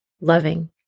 loving